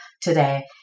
today